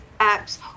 apps